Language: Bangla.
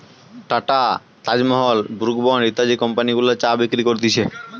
tata, Taj Mahal, Brooke Bond ইত্যাদি কম্পানি গুলা চা বিক্রি করতিছে